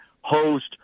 host